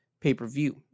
pay-per-view